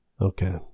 Okay